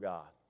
God